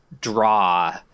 draw